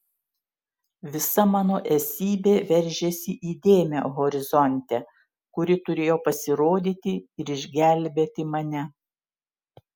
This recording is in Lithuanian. visa mano esybė veržėsi į dėmę horizonte kuri turėjo pasirodyti ir išgelbėti mane